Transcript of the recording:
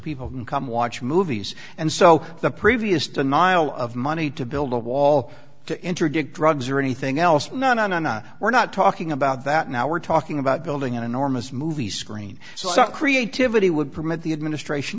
people can come watch movies and so the previous denial of money to build a wall to interdict drugs or anything else no no no no we're not talking about that now we're talking about building an enormous movie screen so creativity would permit the administration